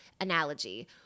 analogy